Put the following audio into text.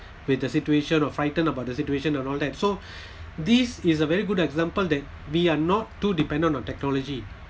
with the situation or frightened about the situation and all that so this is a very good example that we are not too dependent on technology